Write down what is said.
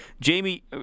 Jamie